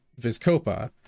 Viscopa